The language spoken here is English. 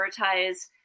prioritize